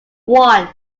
one